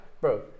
bro